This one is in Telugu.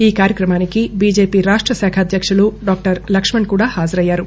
ఈ కార్యక్రమానికి బీజేపీ రాష్ట్రశాఖ అధ్యక్షులు డాక్టర్ లక్ష్మణ్ కూడా హాజరయ్యారు